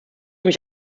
mich